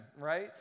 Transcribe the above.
right